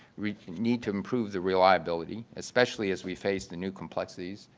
we need to improve the reliability, especially as we face the new complexities,